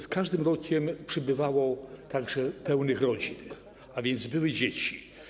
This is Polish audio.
Z każdym rokiem przybywało także pełnych rodzin, a więc były dzieci.